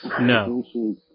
No